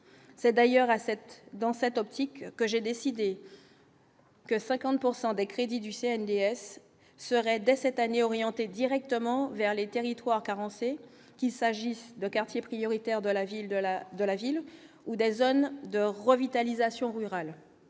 c'est d'ailleurs à cette dans cette optique que j'ai décidé. Que 50 pourcent des crédits du CNDS serait dès cette année, orienter directement vers les territoires carencées qu'il s'agisse de quartiers prioritaires de la ville de la de la ville, où des zones de revitalisation rurale,